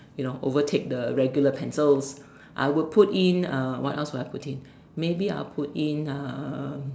you know overtake the regular pencils I will put in uh what else will I put in maybe I will put in a